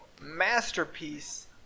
masterpiece